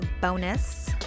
bonus